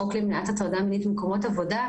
החוק למניעת הטרדה מינית במקומות עבודה,